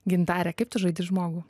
gintare kaip tu žaidi žmogų